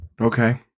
Okay